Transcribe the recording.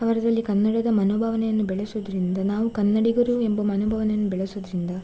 ಅವರಲ್ಲಿ ಕನ್ನಡದ ಮನೋಭಾವನೆಯನ್ನು ಬೆಳೆಸುವುದ್ರಿಂದ ನಾವು ಕನ್ನಡಿಗರು ಎಂಬ ಮನೋಭಾವನೆಯನ್ನು ಬೆಳೆಸುವುದ್ರಿಂದ